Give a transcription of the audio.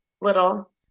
little